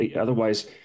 Otherwise